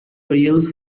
burials